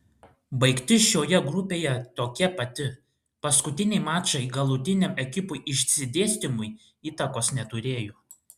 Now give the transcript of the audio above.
baigtis šioje grupėje tokia pati paskutiniai mačai galutiniam ekipų išsidėstymui įtakos neturėjo